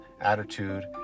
attitude